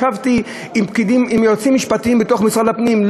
ישבתי עם יועצים משפטיים במשרד הפנים,